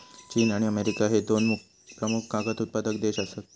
चीन आणि अमेरिका ह्ये दोन प्रमुख कागद उत्पादक देश आसत